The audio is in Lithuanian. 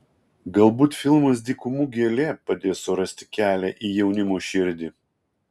galbūt filmas dykumų gėlė padės surasti kelią į jaunimo širdį